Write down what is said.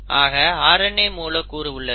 ஆக RNA மூலக்கூறு உள்ளது